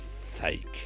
fake